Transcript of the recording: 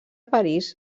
parís